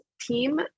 team